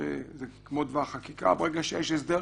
שזה כמו דבר חקיקה ברגע שיש הסדר,